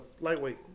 lightweight